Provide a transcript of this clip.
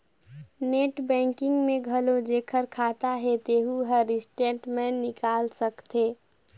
net banking में घलो जेखर खाता हे तेहू हर स्टेटमेंट निकाल सकथे